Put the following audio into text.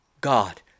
God